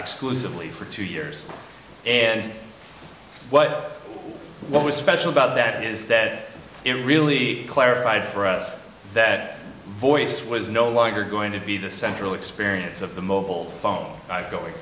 exclusively for two years and what was special about that is that it really clarified for us that voice was no longer going to be the central experience of the mobile phone i'm going